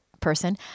person